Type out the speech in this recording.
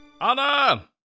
Anna